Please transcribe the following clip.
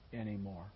anymore